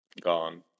Gone